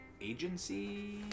agency